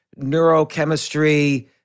neurochemistry